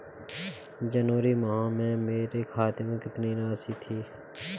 जनवरी माह में मेरे खाते में कितनी राशि थी?